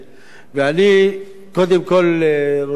ואני קודם כול רוצה להגיד